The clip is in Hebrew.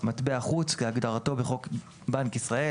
"מטבע חוץ" כהגדרתו בחוק בנק ישראל,